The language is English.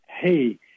hey